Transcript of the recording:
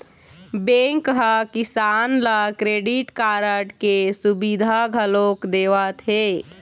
bank ह किसान ल क्रेडिट कारड के सुबिधा घलोक देवत हे